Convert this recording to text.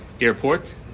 airport